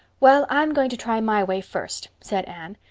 well, i'm going to try my way first, said anne,